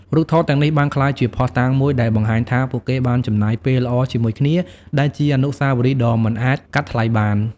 រូបថតទាំងនេះបានក្លាយជាភស្តុតាងមួយដែលបង្ហាញថាពួកគេបានចំណាយពេលល្អជាមួយគ្នា ដែលជាអនុស្សាវរីយ៍ដ៏មិនអាចកាត់ថ្លៃបាន។